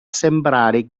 sembrare